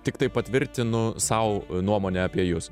tiktai patvirtinu sau nuomonę apie jus